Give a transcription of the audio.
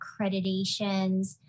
accreditations